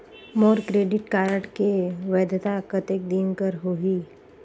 मोर credit card के वैधता कतेक दिन कर होही?